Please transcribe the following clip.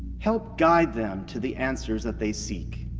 help guide them to the answers that they seek.